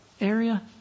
area